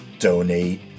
donate